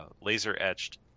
laser-etched